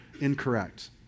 incorrect